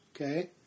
Okay